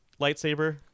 lightsaber